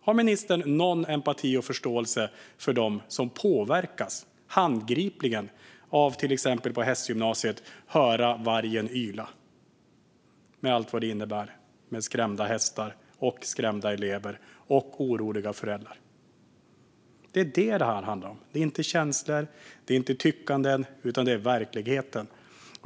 Har ministern någon empati och förståelse för dem som handgripligen påverkas, till exempel på hästgymnasiet, av att höra vargen yla, med allt vad det innebär med skrämda hästar, skrämda elever och oroliga föräldrar? Det är det som det handlar om. Det är inte känslor. Det är inte tyckanden, utan det är verkligheten.